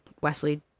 Wesley